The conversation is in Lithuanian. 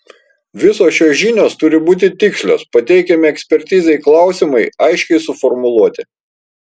visos šios žinios turi būti tikslios pateikiami ekspertizei klausimai aiškiai suformuluoti